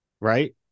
right